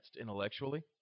intellectually